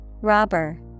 Robber